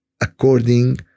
according